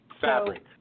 Fabric